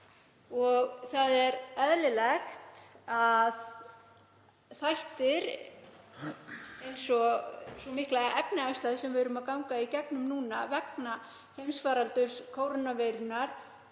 og það er eðlilegt að þættir eins og sú mikla efnahagslægð sem við erum að ganga í gegnum núna vegna heimsfaraldurs kórónuveirunnar